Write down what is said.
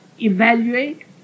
evaluate